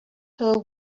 her